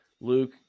Luke